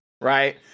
right